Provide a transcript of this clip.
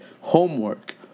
homework